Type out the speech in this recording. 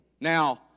Now